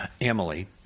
Emily